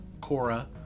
Cora